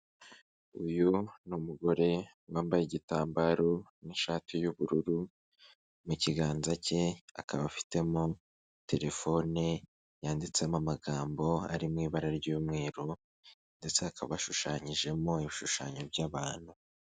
Uyu n'umugore wambaye igitambaro n'ishati y'ubururu mu kiganza cye akaba afitemo telefone yanditsemo amagambo ari mu ibara ry'umweru ndetse akaba ashushanyijemo ibishushanyo by'abantu.